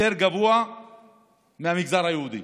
יותר גבוה מהמגזר היהודי.